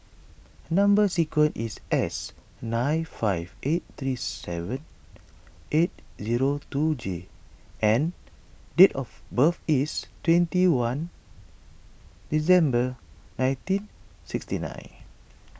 Number Sequence is S nine five eight three seven eight zero two J and date of birth is twenty one December nineteen sixty nine